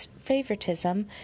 favoritism